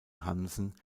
hansen